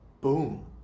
boom